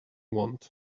want